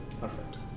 perfect